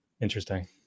Interesting